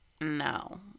No